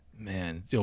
Man